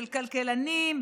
של כלכלנים,